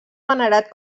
venerat